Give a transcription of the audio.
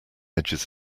edges